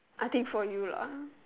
I think for you lah